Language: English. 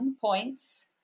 points